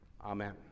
Amen